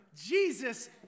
Jesus